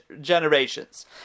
generations